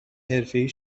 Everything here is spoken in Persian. حرفهای